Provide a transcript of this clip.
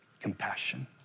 compassion